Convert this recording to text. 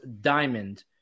Diamond